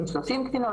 שלושים קטינות,